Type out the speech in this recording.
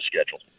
schedule